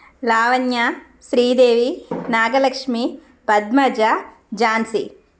Lavanya Sridevi Nagalakshmi Padmaja Jhansi